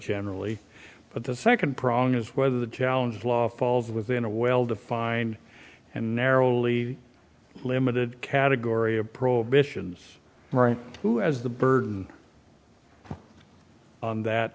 generally but the second prong is whether the challenge law falls within a well defined and narrowly limited category of prohibitions right who has the burden on that